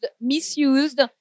misused